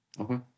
Okay